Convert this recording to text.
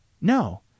No